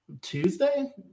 Tuesday